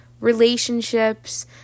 relationships